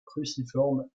cruciforme